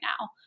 now